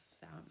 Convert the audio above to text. sound